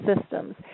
systems